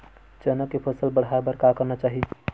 चना के फसल बढ़ाय बर का करना चाही?